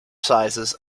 sizes